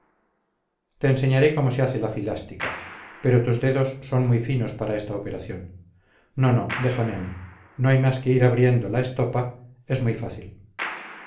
te enseñaré cómo se hace la filástica pero tus dedos son muy finos para esta operación no no déjame a mí no hay más que ir abriendo la estopa es muy fácil